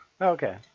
Okay